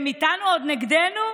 היא הייתה נגד המדינה.